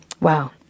Wow